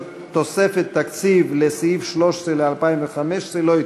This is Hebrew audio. תוספת תקציב לסעיף 13 ל-2015 לא נתקבלו.